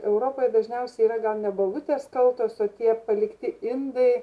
europoje dažniausiai yra gal ne bobutės kaltos o tie palikti indai